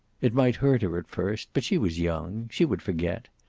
it might hurt her at first, but she was young. she would forget.